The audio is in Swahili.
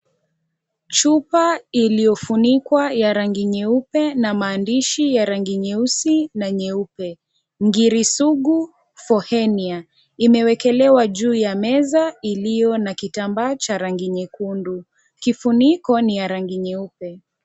Chupa iliyofunikwa ya rangi nyeupe na maandishi ya rangi nyeusi na nyeupe ngirisugu for hernia imewekelewa juu ya meza iliyo na kitambaa cha rangi nyekundu. Kifuniko ni ya rangi nyeupe.